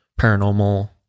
paranormal